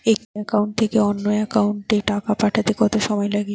একটি একাউন্ট থেকে অন্য একাউন্টে টাকা পাঠাতে কত সময় লাগে?